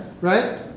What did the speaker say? right